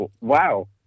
Wow